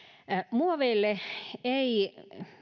muoveille ei